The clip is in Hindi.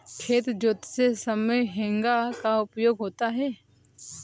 खेत जोतते समय हेंगा का उपयोग होता है